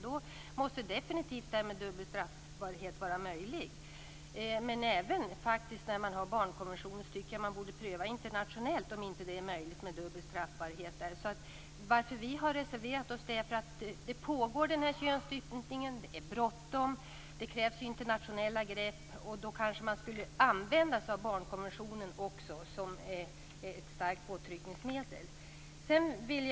Då måste definitivt det här med dubbel straffbarhet vara möjligt. Men jag tycker faktiskt även, när man har barnkonventionen, att man borde pröva om det inte är möjligt med dubbel straffbarhet internationellt. Att vi har reserverat oss beror på att den här könsstympningen pågår. Det är bråttom. Det krävs internationella grepp. Då kanske man borde använda sig också av barnkonventionen som ett starkt påtryckningsmedel.